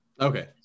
Okay